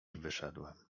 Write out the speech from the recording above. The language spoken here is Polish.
wyszedłem